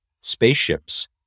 spaceships